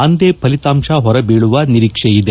ಅಂದೇ ಫಲಿತಾಂಶ ಹೊರಬೀಳುವ ನಿರೀಕ್ಷೆಯಿದೆ